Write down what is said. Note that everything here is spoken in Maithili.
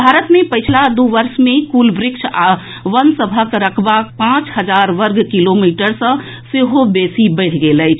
भारत मे पछिला दू वर्ष मे कुल वृक्ष आ वन सभक रकबा पांच हजार वर्ग किलोमीटर सँ सेहो बेसी बढ़ि गेल अछि